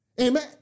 Amen